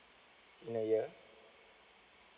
i a year